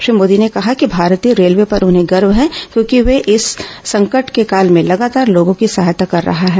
श्री मोदी ने कहा कि भारतीय रेलवे पर उन्हें गर्व है क्योंकि र्व संकट के इस काल में लगातार लोगों की सहायता कर रहा है